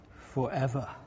forever